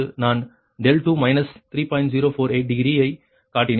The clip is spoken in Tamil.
048 டிகிரி யை காட்டினேன்